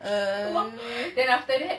err